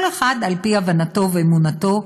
כל אחד על פי הבנתו ואמונתו,